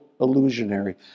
illusionary